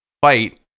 fight